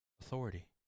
authority